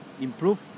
improve